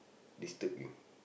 disturb you